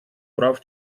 прав